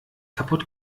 kaputt